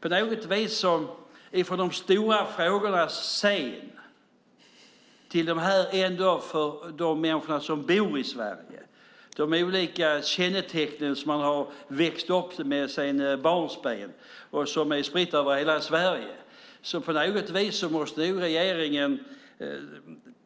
På något vis måste nog regeringen gå från de stora frågornas scen till det som för de människor som bor i Sverige är olika kännetecken som man har vuxit upp med sedan barnsben och som är spridda över hela Sverige och